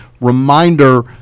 Reminder